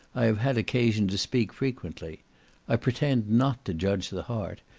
i have had occasion to speak frequently i pretend not to judge the heart,